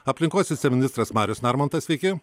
aplinkos viceministras marius narmontas sveiki